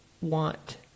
want